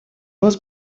вас